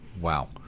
Wow